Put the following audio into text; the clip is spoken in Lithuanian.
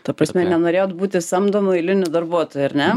ta prasme nenorėjot būti samdomu eiliniu darbuotoju ar ne